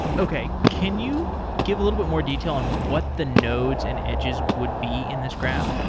okay. can you give a little bit more detail on what the nodes and edges would be in this graph?